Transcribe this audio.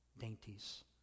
dainties